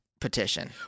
petition